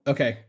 Okay